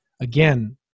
again